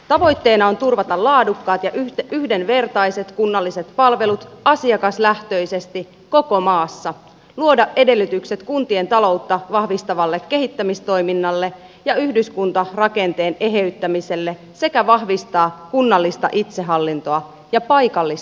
tavoitteena on turvata laadukkaat ja yhdenvertaiset kunnalliset palvelut asiakaslähtöisesti koko maassa luoda edellytykset kuntien taloutta vahvistavalle kehittämistoiminnalle ja yhdyskuntarakenteen eheyttämiselle sekä vahvistaa kunnallista itsehallintoa ja paikallista toi mintaa